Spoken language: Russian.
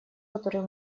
которую